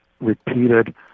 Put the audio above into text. repeated